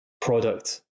product